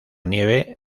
nieve